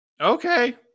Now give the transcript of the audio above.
Okay